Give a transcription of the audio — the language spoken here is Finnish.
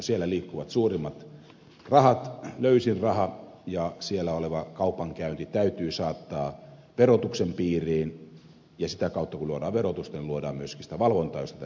siellä liikkuvat suurimmat rahat löysin raha ja siellä oleva kaupankäynti täytyy saattaa verotuksen piiriin ja sitä kautta kun luodaan verotusta luodaan myöskin sitä valvontaa josta tässä oli puhetta